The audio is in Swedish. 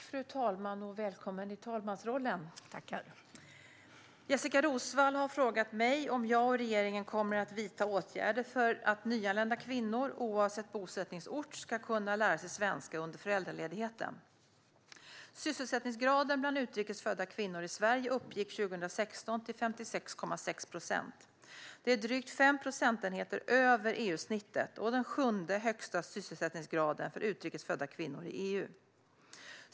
Fru talman! Välkommen till talmansrollen! Jessika Roswall har frågat mig om jag och regeringen kommer att vidta åtgärder för att nyanlända kvinnor, oavsett bosättningsort, ska kunna lära sig svenska under föräldraledigheten. Sysselsättningsgraden bland utrikes födda kvinnor i Sverige uppgick 2016 till 56,6 procent. Det är drygt 5 procentenheter över EU-snittet och den sjunde högsta sysselsättningsgraden för utrikes födda kvinnor i EU.